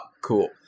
cool